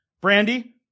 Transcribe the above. Brandy